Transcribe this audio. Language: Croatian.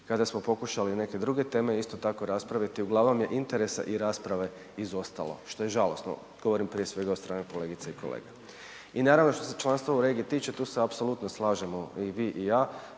kada smo pokušali neke druge teme isto tako raspraviti uglavnom je interesa i rasprave izostalo, što je žalosno, govorim prije svega od strane kolegica i kolega. I naravno što se članstva u regiji tiče, tu se apsolutno slažemo i vi i ja,